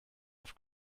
auf